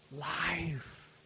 life